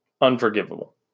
unforgivable